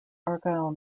argyll